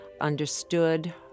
understood